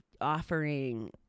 offering